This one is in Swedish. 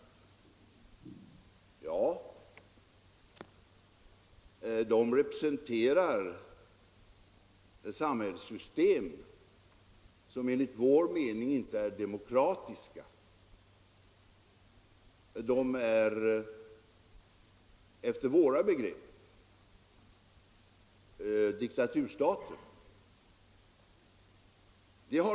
Det är riktigt att dessa båda länder representerar — Chile samhällssystem som enligt vår mening inte är demokratiska. De är efter våra begrepp diktaturstater.